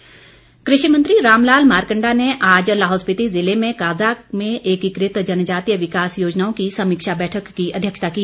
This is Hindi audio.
मार्कण्डा कृषि मंत्री रामलाल मार्कण्डा ने आज लाहौल स्पिति जिले के काजा में एकीकृत जनजातीय विकास योजनाओं की समीक्षा बैठक की अध्यक्षता की